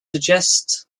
suggest